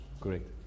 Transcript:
Correct